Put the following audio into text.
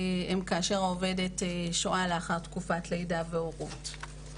הם כאשר העובדת שוהה לאחר תקופת לידה והורות.